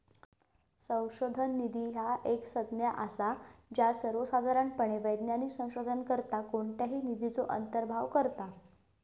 संशोधन निधी ह्या एक संज्ञा असा ज्या सर्वोसाधारणपणे वैज्ञानिक संशोधनाकरता कोणत्याही निधीचो अंतर्भाव करता